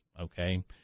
Okay